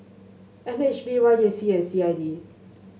N H B Y J C and C I D